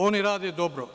Oni rade dobro.